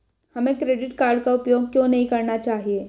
हमें credit card का उपयोग क्यों नहीं करना चाहिए?